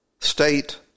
state